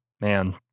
Man